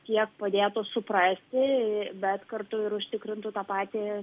kiek padėtų suprasti bet kartu ir užtikrintų tą patį